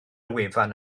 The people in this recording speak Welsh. wefan